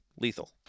Lethal